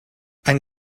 ein